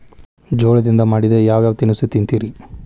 ಜೋಳದಿಂದ ಮಾಡಿದ ಯಾವ್ ಯಾವ್ ತಿನಸು ತಿಂತಿರಿ?